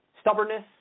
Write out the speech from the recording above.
stubbornness